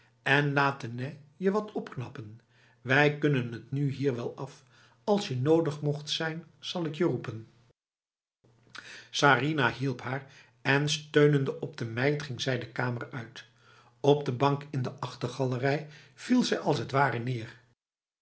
en laat de nèh je wat opknappen wij kunnen het nu hier wel af als je nodig mocht zijn zal ik je roepen sarinah hielp haar en steunende op de meid ging zij de kamer uit op de bank in de achtergalerij viel zij als het ware neer